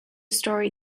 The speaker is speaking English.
story